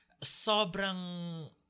sobrang